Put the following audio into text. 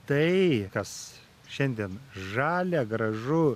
tai kas šiandien žalia gražu